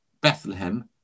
Bethlehem